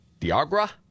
Diagra